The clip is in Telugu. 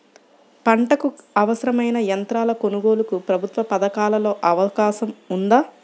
పంటకు అవసరమైన యంత్రాల కొనగోలుకు ప్రభుత్వ పథకాలలో అవకాశం ఉందా?